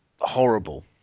horrible